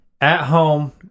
At-home